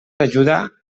ajuda